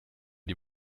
die